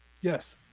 Yes